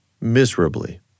miserably